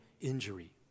injury